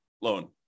loan